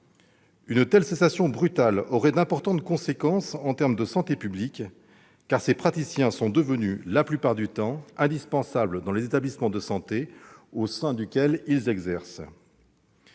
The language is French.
Une cessation aussi brutale aurait d'importantes conséquences en termes de santé publique, car ces praticiens sont devenus la plupart du temps indispensables dans les établissements de santé au sein desquels ils exercent.